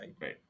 right